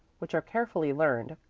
which are carefully learned,